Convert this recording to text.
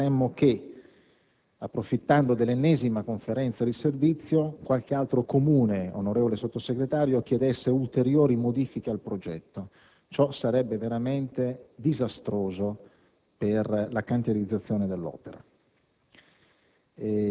anno. Non vorremmo che, approfittando dell'ennesima Conferenza di servizio, qualche altro Comune, onorevole Sottosegretario, chiedesse ulteriori modifiche al progetto. Ciò sarebbe veramente disastroso per la cantierizzazione dell'opera.